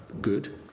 good